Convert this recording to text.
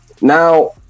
Now